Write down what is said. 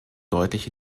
deutlich